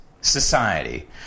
society